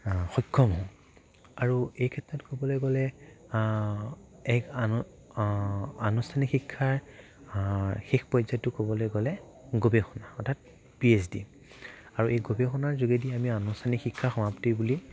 সক্ষম হওঁ আৰু এই ক্ষেত্ৰত ক'বলৈ গ'লে এক আন আনুষ্ঠানিক শিক্ষাৰ শেষ পৰ্যায়টো ক'বলৈ গ'লে গৱেষণা অৰ্থাৎ পিএইছডি আৰু এই গৱেষণাৰ যোগেদি আমি আনুষ্ঠানিক শিক্ষা সমাপ্তি বুলি